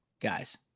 guys